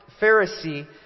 Pharisee